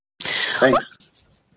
Thanks